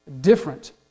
different